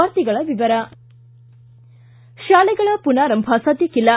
ವಾರ್ತೆಗಳ ವಿವರ ಶಾಲೆಗಳ ಪುನಾರಂಭ ಸದ್ದಕ್ಕಿಲ್ಲ